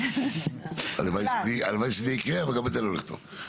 אלה דברים שקיימים בוועדה של היום.